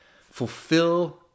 Fulfill